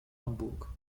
hamburg